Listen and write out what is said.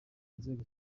inzego